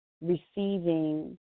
receiving